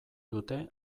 dute